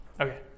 Okay